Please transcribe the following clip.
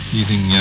using